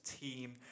team